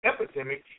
Epidemic